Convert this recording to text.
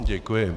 Děkuji.